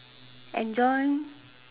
enjoy